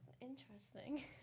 interesting